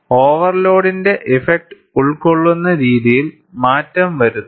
ഓവർലോഡിന്റെ effect ഉൾക്കൊള്ളുന്ന രീതിയിൽ മാറ്റം വരുത്തും